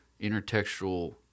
intertextual